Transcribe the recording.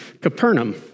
Capernaum